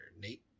Nate